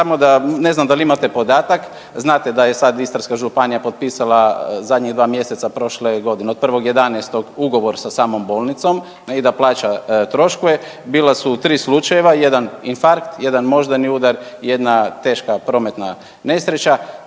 ne znam dal imate podataka, znate da je sad Istarska županija popisala zadnjih dva mjeseca prošle godine od 1.11. ugovor sa samom bolnicom i da plaća troškove, bila su tri slučajeva, jedan infarkt, jedan moždani udar i jedna teška prometna nesreća,